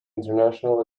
international